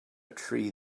tree